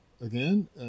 again